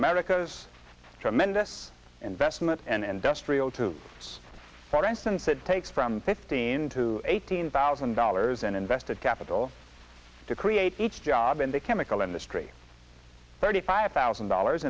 america's tremendous investment and industrial to progress since it takes from fifteen to eighteen thousand dollars in invested capital to create each job in the chemical industry thirty five thousand dollars